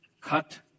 cut